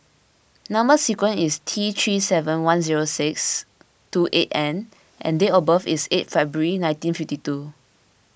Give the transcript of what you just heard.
Number Sequence is T three seven one zero six two eight N and date of birth is eight February nineteen fifty two